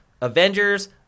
Avengers